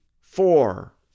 four